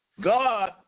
God